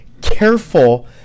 careful